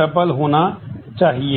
चाहिए था